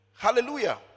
Hallelujah